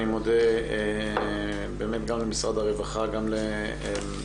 אני מודה באמת גם למשרד הרווחה וגם לאיגוד